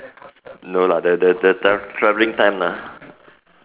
no lah the the the traveling time lah